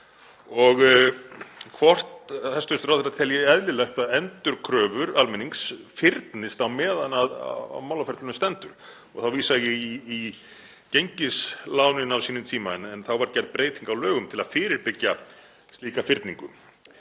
og hvort hæstv. ráðherra telji eðlilegt að endurkröfur almennings fyrnist á meðan á málaferlum stendur. Þá vísa ég í gengislánin á sínum tíma, en þá var gerð breyting á lögum til að fyrirbyggja slíka fyrningu